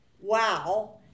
wow